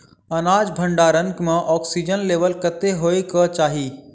अनाज भण्डारण म ऑक्सीजन लेवल कतेक होइ कऽ चाहि?